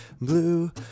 blue